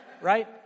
Right